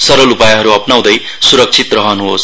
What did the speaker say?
सरल उपायहरू अपनाउँदै सुरक्षित रहनुहोस्